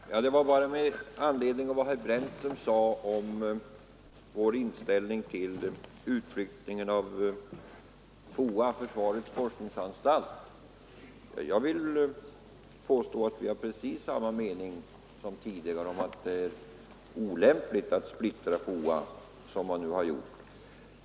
Herr talman! Bara några ord med anledning av vad herr Brännström sade om vår inställning till utflyttningen av FOA, försvarets forskningsanstalt. Jag vill påstå att vi har precis samma mening som tidigare, nämligen att det är olämpligt att splittra FOA som man nu har gjort.